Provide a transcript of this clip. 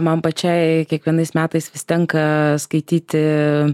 man pačiai kiekvienais metais vis tenka skaityti